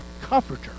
Comforter